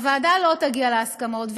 הוועדה לא תגיע להסכמות,